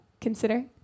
consider